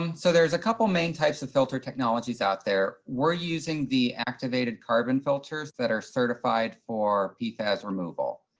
um so there's a couple of main types of filter technologies out there. we're using the activated carbon filters that are certified for pfas removal.